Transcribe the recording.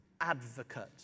advocate